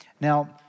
Now